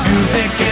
Music